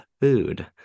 food